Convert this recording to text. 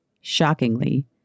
shockingly